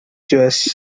jewish